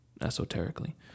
esoterically